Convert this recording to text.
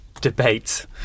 debate